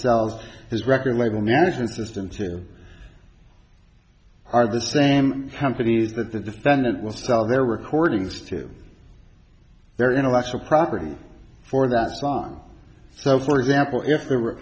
sells his record label management system too are the same companies that the defendant will sell their recordings to their intellectual property for that song so for example if there were